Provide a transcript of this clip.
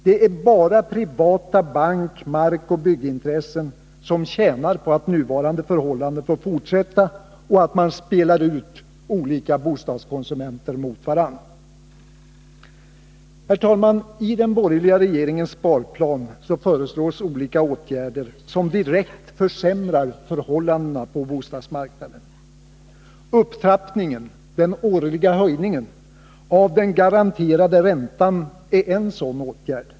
Det är bara privata bank-, markoch byggintressen som tjänar på att nuvarande förhållanden får fortsätta och att man spelar ut olika bostadskonsumenter mot varandra. Herr talman! I den borgerliga regeringens sparplan föreslås olika åtgärder som direkt försämrar förhållandena på bostadsmarknaden. Upptrappningen — den årliga höjningen — av den garanterade räntan är en sådan åtgärd.